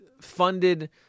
funded